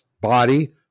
Body